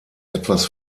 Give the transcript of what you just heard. etwas